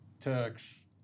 Turks